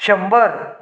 शंबर